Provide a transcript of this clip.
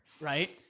Right